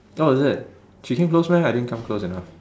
orh is it she came close meh I didn't come close enough